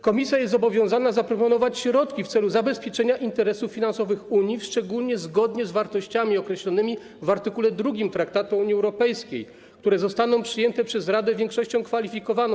Komisja jest zobowiązana zaproponować środki w celu zabezpieczenia interesów finansowych Unii, szczególnie zgodnie z wartościami określonymi w art. 2 Traktatu o Unii Europejskiej, które zostaną przyjęte przez Radę większością kwalifikowaną.